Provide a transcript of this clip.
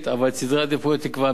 אבל את סדרי העדיפויות תקבע הממשלה,